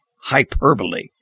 Hyperbole